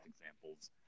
examples